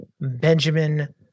Benjamin